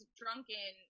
drunken